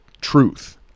truth